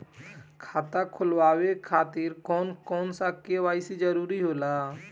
खाता खोलवाये खातिर कौन सा के.वाइ.सी जरूरी होला?